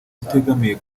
utegamiye